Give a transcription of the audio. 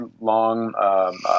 long